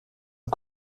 une